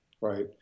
Right